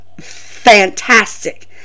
fantastic